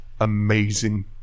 amazing